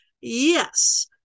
Yes